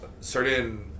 certain